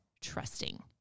trusting